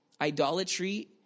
idolatry